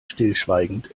stillschweigend